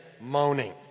moaning